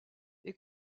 est